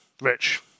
Rich